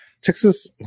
Texas